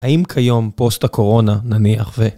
האם כיום פוסט הקורונה נניח ו...